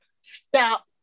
stop